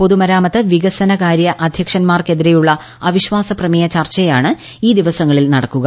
പൊതുമൂർാമ്ത്ത് വികസനകാര്യ അധ്യക്ഷന്മാർക്കെതിരെയുള്ള അഫിശ്വാസ് പ്രമേയ ചർച്ചയാണ് ഈ ദിവസങ്ങളിൽ നടക്കുക